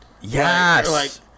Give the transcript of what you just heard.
Yes